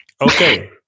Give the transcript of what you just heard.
Okay